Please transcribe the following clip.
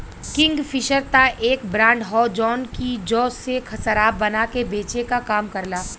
Kingfisher त एक brand हौ जौन की जौ से शराब बना के बेचे क काम करला